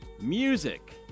music